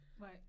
Right